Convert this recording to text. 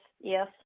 yes